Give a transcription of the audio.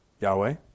Yahweh